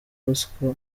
ruswa